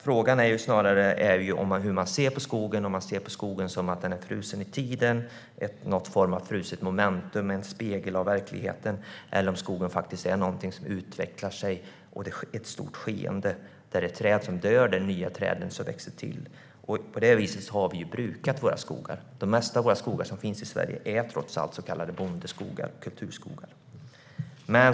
Frågan är snarare hur man ser på skogen, om man ser på skogen som frusen i tiden, som någon form av fruset moment, en spegel av verkligheten, eller om man ser att skogen faktiskt är någonting som utvecklar sig i ett stort skeende, där vissa träd dör och nya träd växer till. På det viset har vi brukat våra skogar. Det mesta av våra skogar i Sverige är trots allt så kallade bondeskogar och kulturskogar.